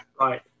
Right